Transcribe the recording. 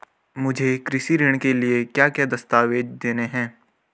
मुझे कृषि ऋण के लिए क्या क्या दस्तावेज़ देने हैं?